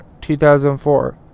2004